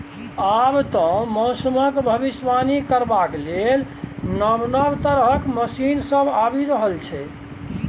आब तए मौसमक भबिसबाणी करबाक लेल नब नब तरहक मशीन सब आबि रहल छै